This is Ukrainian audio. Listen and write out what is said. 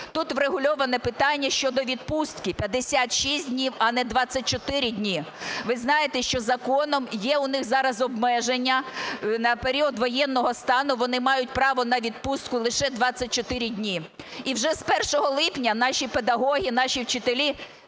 Тут врегульоване питання щодо відпуски 56 днів, а не 24 дні. Ви знаєте, що законом є у них зараз обмеження, на період воєнного стану вони мають право на відпустку лише 24 дні. І вже з 1 липня наші педагоги, наші вчителі